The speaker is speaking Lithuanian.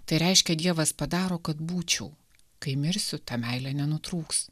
tai reiškia dievas padaro kad būčiau kai mirsiu ta meilė nenutrūks